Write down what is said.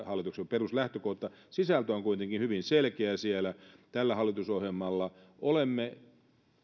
hallituksen peruslähtökohta sisältö on kuitenkin hyvin selkeä siellä tällä hallitusohjelmalla olemme